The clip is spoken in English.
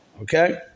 okay